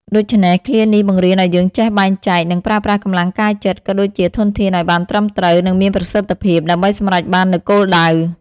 ដូច្នេះ ឃ្លានេះបង្រៀនយើងឱ្យចេះបែងចែក និងប្រើប្រាស់កម្លាំងកាយចិត្ត ក៏ដូចជាធនធានឱ្យបានត្រឹមត្រូវ និងមានប្រសិទ្ធភាព ដើម្បីសម្រេចបាននូវគោលដៅ។